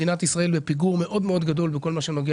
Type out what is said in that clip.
מדינת ישראל בפיגור מאוד מאוד גדול בכל מה שנוגע